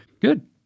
Good